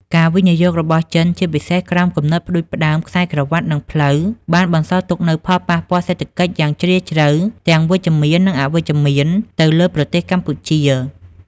ការវិនិយោគរបស់ចិន ជាពិសេសក្រោមគំនិតផ្តួចផ្តើមខ្សែក្រវាត់ និងផ្លូវ បានបន្សល់ទុកនូវផលប៉ះពាល់សេដ្ឋកិច្ចយ៉ាងជ្រាលជ្រៅទាំងវិជ្ជមាន និងអវិជ្ជមានទៅលើប្រទេសកម្ពុជា។